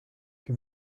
che